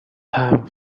time